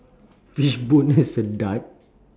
fish bone as a dart